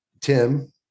Tim